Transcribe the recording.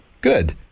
Good